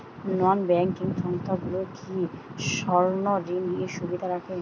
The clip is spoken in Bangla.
নন ব্যাঙ্কিং সংস্থাগুলো কি স্বর্ণঋণের সুবিধা রাখে?